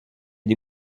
des